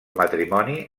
matrimoni